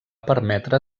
permetre